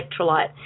electrolyte